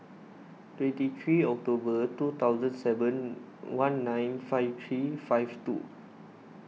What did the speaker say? twenty three October two thousand seven one nine five three five two